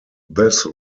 this